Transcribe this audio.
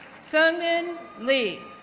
seungmin lee,